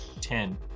Ten